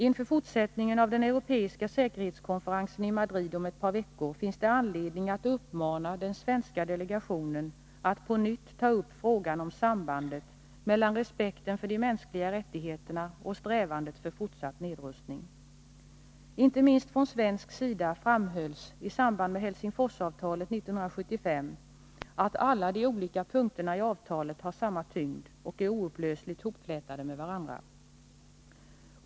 Inför fortsättningen av den europeiska säkerhetskonferensen i Madrid om ett par veckor finns det anledning att uppmana den svenska delegationen att på nytt ta upp frågan om sambandet mellan respekten för de mänskliga rättigheterna och strävandet för fortsatt nedrustning. Inte minst från svensk sida framhölls i samband med Helsingforsavtalet 1975 att alla de olika punkterna i avtalet har samma tyngd och är oupplösligt hopflätade med varandra.